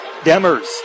Demers